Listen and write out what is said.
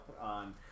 on